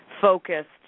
focused